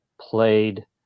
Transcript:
played